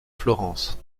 florence